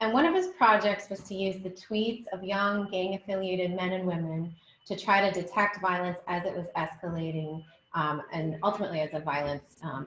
and one of his projects was to use the tweets of young gang affiliated men and women to try to detect violence as it was escalating and ultimately as a violence